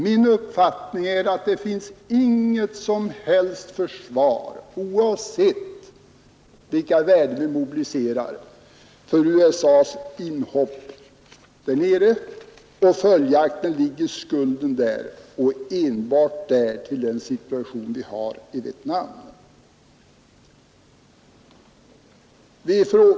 Min uppfattning är att det inte finns något som helst försvar, oavsett vilka värden vi mobiliserar, för USA:s inhopp och att följaktligen skulden ligger där, och enbart där, för den situation som råder i Vietnam.